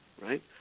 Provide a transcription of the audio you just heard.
right